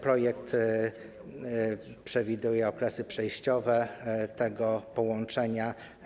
Projekt przewiduje okresy przejściowe tego połączenia.